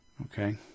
Okay